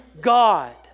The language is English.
God